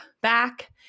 back